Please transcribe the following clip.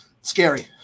Scary